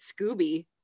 Scooby